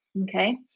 Okay